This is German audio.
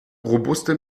robuste